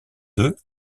deux